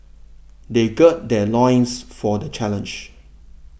they gird their loins for the challenge